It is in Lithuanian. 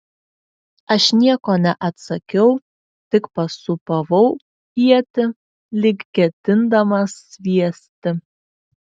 aš nieko neatsakiau tik pasūpavau ietį lyg ketindamas sviesti